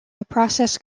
process